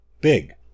Big